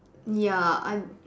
ya I'm